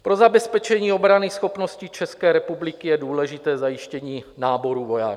Pro zabezpečení obranyschopnosti České republiky je důležité zajištění náboru vojáků.